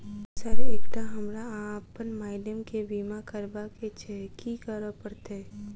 Sir एकटा हमरा आ अप्पन माइडम केँ बीमा करबाक केँ छैय की करऽ परतै?